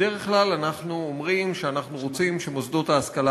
בדרך כלל אנחנו אומרים שאנחנו רוצים שמוסדות ההשכלה